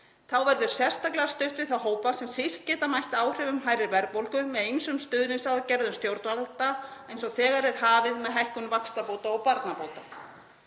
Þá verður sérstaklega stutt við þá hópa, sem síst geta mætt áhrifum hærri verðbólgu, með ýmsum stuðningsaðgerðum stjórnvalda, eins og þegar er hafið með hækkun vaxtabóta og barnabóta.